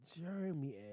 Jeremy